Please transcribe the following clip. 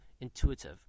intuitive